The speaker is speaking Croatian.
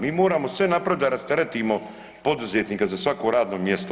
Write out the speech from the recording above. Mi moramo sve napraviti da rasteretimo poduzetnika za svako radno mjesto.